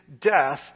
death